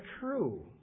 true